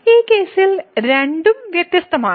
ഈ കേസിൽ രണ്ടും വ്യത്യസ്തമാണ്